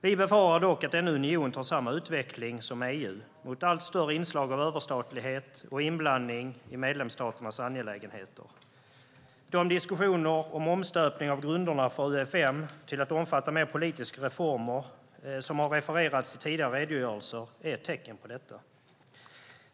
Vi befarar dock att denna union tar samma utveckling som EU mot ett allt större inslag av överstatlighet och inblandning i medlemsstaternas angelägenheter. De diskussioner om en omstöpning av grunderna för Medelhavsunionen till att omfatta mer politiska reformer som har refererats i tidigare redogörelser är ett tecken på detta.